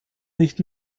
nicht